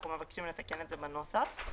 אנחנו מבקשים לתקן את זה בנוסח.